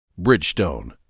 Bridgestone